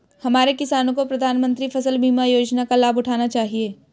हमारे किसानों को प्रधानमंत्री फसल बीमा योजना का लाभ उठाना चाहिए